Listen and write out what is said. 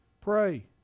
Pray